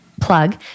plug